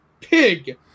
Pig